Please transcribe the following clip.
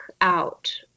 out